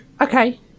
Okay